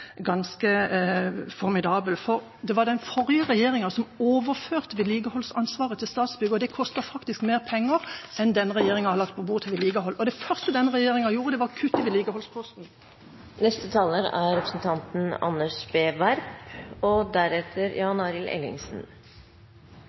ganske formidabel. Det var den forrige regjeringa som overførte vedlikeholdsansvaret til Statsbygg, og det koster faktisk mer penger enn det denne regjeringa la på bordet til vedlikehold. Det første denne regjeringa gjorde, var å kutte i vedlikeholdsposten.